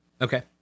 Okay